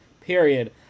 period